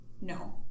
No